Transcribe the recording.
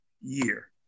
year